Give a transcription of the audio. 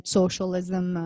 socialism